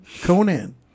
Conan